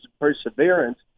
perseverance